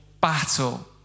battle